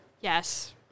Yes